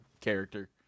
character